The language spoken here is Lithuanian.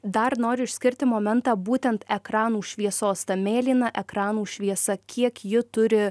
dar noriu išskirti momentą būtent ekranų šviesos ta mėlyna ekranų šviesa kiek ji turi